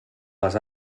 les